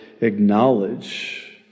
acknowledge